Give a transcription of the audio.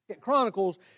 Chronicles